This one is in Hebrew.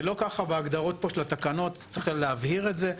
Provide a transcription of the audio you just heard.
זה לא כך בהגדרות פה של התקנות צריכים להבהיר את זה.